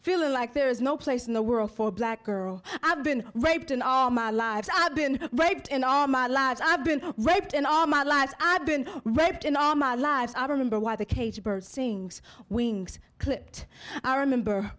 feeling like there is no place in the world for a black girl i've been raped and all my life i have been raped in all my life i've been raped and all my life i've been raped in all my life i remember why the caged bird sings wings clipped i remember